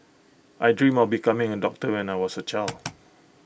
I dreamt of becoming A doctor when I was A child